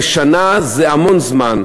ושנה זה המון זמן,